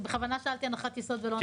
בכוונה, שאלתי הנחת יסוד ולא הנחת עבודה.